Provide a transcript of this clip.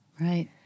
right